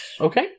Okay